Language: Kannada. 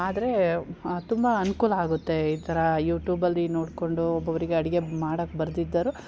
ಆದರೆ ತುಂಬ ಅನುಕೂಲ ಆಗುತ್ತೆ ಈ ಥರ ಯುಟ್ಯೂಬಲ್ಲಿ ನೋಡ್ಕೊಂಡು ಒಬ್ಬೊಬ್ರಿಗೆ ಅಡುಗೆ ಮಾಡೋಕ್ಕೆ ಬರದಿದ್ದರೂ